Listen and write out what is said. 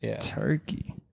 Turkey